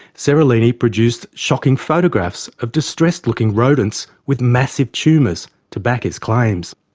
seralini produced shocking photographs of distressed-looking rodents with massive tumours to back his claims.